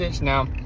Now